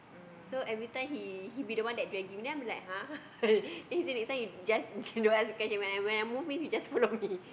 so everytime he he be the one that dragging me then I will be like !huh! then he say next time you just don't ask when I move you just follow me